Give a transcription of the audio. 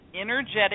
energetic